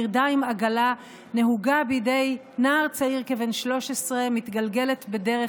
פרדה עם עגלה נהוגה בידי נער צעיר כבן 13 מתגלגלת בדרך